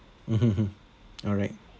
mmhmm mm alright